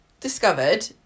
discovered